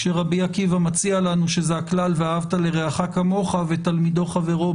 רבי עקיבא מציע לנו שזה הכלל: "ואהבת לרעך כמוך" ותלמידו / חברו,